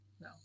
no